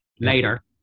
later